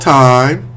time